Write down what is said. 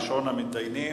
ראשון המתדיינים,